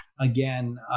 again